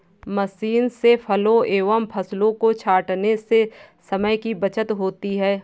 machine से फलों एवं फसलों को छाँटने से समय की बचत होती है